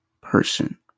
person